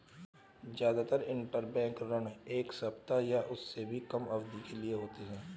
जादातर इन्टरबैंक ऋण एक सप्ताह या उससे भी कम अवधि के लिए होते हैं